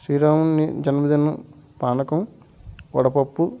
శ్రీరాముని జన్మదినం పానకం వడపప్పు